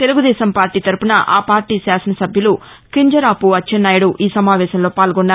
Telugu Desam party తరపున ఆ party శాసనసభ్యులు కింజరాపు అచ్చెన్నాయుడు ఈ సమావేశంలో పాల్గొన్నారు